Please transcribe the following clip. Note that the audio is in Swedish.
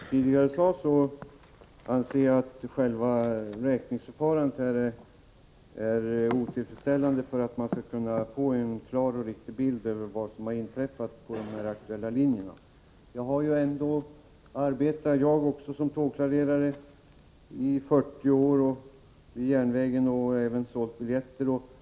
Herr talman! Som jag tidigare sade anser jag att själva räkningsförfarandet är otillfredsställande och att man därigenom inte kan få en klar och riktig bild av vad som har inträffat på de aktuella linjerna. Jag har själv i 40 år arbetat vid järnvägen som tågklarerare och har även sålt biljetter.